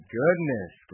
goodness